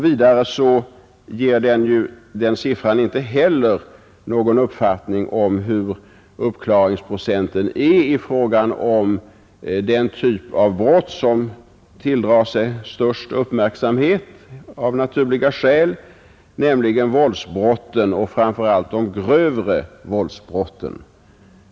Vidare ger siffran inte heller någon uppfattning om uppklaringsprocenten i fråga om den typ av brott som av naturliga skäl tilldrar sig störst uppmärksamhet, nämligen våldsbrotten, framför allt de grövre våldsbrotten.